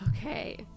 okay